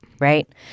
Right